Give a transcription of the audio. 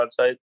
website